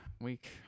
Week